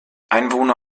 einwohner